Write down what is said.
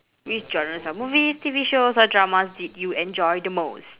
which genres of movies T_V shows or dramas did you enjoy the most